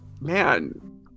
Man